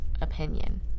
opinion